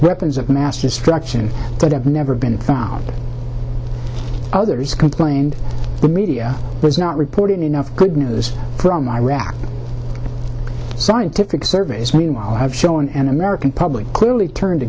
weapons of mass destruction that have never been found others complained the media has not reported enough good news from iraq scientific surveys meanwhile have shown an american public clearly turned